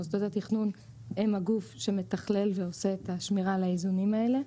מוסדות התכנון הם הגוף שמתכלל ועושה את השמירה על האיזונים האלה,